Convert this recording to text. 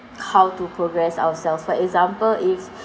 how to progress ourselves for example if